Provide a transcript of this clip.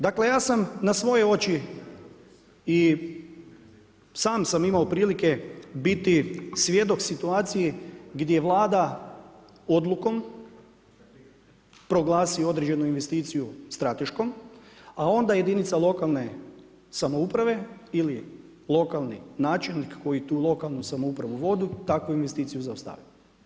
Dakle, ja sam na svoje oči i sam sam imao prilike biti svjedok situaciji gdje Vlada odlukom, proglasi određenu investiciju strateškom, a onda jedinica lokalne samouprave, ili lokalni načelnik koji tu lokalnu samoupravu vodu, takvu investiciju zastupati.